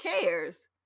cares